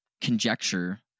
conjecture